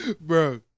Bro